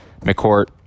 McCourt